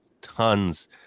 tons